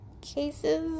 cases